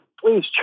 please